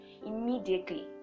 immediately